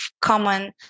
common